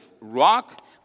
rock